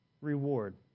reward